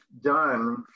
done